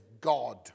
God